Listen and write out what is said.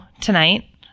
tonight